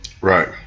Right